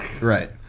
Right